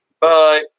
Bye